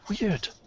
weird